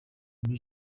muri